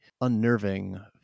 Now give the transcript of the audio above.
unnerving